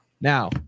Now